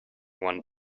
one